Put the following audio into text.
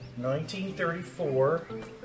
1934